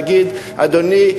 ולהגיד: אדוני,